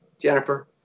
Jennifer